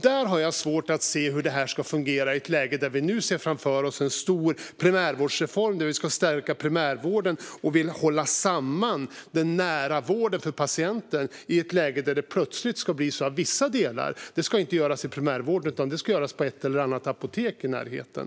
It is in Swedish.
Jag har svårt att se hur detta ska fungera när vi nu ser framför oss en stor primärvårdsreform som handlar om att stärka primärvården och hålla samman den nära vården för patienten - i ett läge där det plötsligt ska bli så att vissa delar inte ska göras i primärvården utan på ett eller annat apotek i närheten.